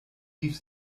rief